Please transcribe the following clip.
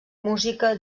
música